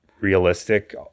realistic